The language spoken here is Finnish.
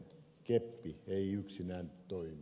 keppi ei yksinään toimi